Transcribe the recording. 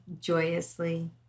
joyously